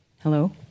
Hello